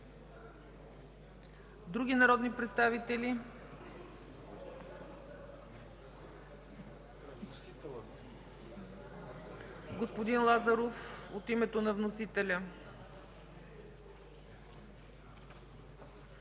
Други народни представители? Господин Лазаров – от името на вносителя.